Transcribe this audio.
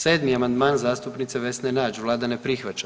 7. amandman zastupnice Vesne Nađ vlada ne prihvaća.